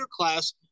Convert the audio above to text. class